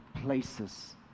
places